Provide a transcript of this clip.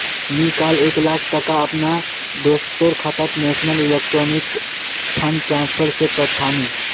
मी काल एक लाख टका अपना दोस्टर खातात नेशनल इलेक्ट्रॉनिक फण्ड ट्रान्सफर से पथानु